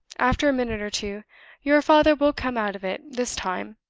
after a minute or two your father will come out of it this time.